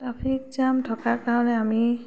traffic jam থকাৰ কাৰণে আমি